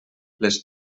les